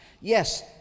Yes